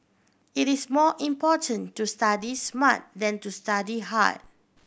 it is more important to study smart than to study hard